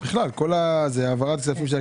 1.8 מיליון מרשות הבדואים.